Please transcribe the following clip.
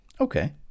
Okay